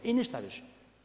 I ništa više.